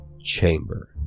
chamber